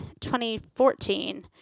2014